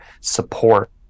support